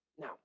Now